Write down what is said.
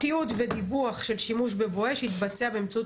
תיעוד ודיווח של שימוש ב"בואש" יתבצע באמצעות